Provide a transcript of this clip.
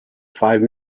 five